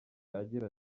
agira